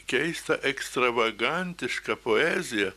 keistą ekstravagantišką poeziją